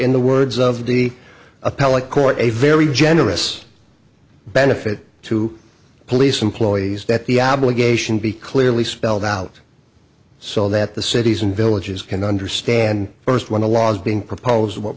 in the words of the appellate court a very generous benefit to police employees that the obligation be clearly spelled out so that the cities and villages can understand first when the law is being proposed what